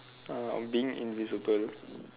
uh being invisible